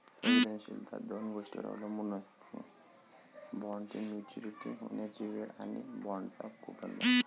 संवेदनशीलता दोन गोष्टींवर अवलंबून असते, बॉण्डची मॅच्युरिटी होण्याची वेळ आणि बाँडचा कूपन दर